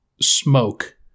smoke